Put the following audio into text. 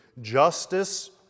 justice